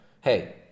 Hey